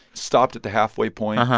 stopped at the halfway point,